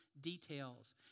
details